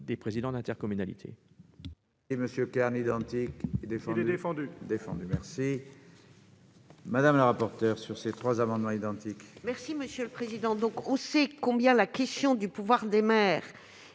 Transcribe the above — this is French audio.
des présidents d'intercommunalité.